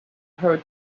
her